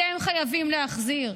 אתם חייבים להחזיר.